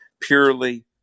purely